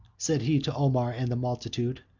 said he to omar and the multitude,